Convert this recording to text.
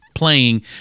Playing